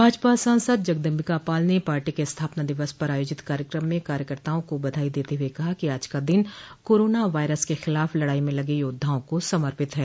भाजपा सांसद जगदम्बिका पाल ने पार्टी के स्थापना दिवस पर आयोजित कार्यक्रम में कार्यकर्ताओं को बधाई देते हुए कहा कि आज का दिन कोरोना वायरस के खिलाफ लड़ाई में लगे योद्धाओं को समर्पित है